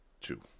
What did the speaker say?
Two